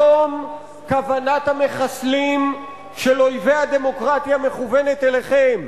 היום כוונת המחסלים של אויבי הדמוקרטיה מכוונת אליכם.